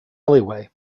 alleyway